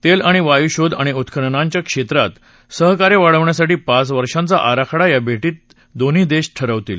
तेल आणि वायू शोध आणि उत्खननांच्या क्षेत्रात सहकार्य वाढवण्यासाठी पाच वर्षांचा आराखडा या भेटीत दोन्ही देश ठरवतील